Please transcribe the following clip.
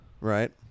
right